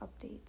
updates